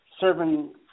serving